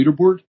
leaderboard